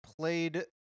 played